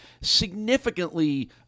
significantly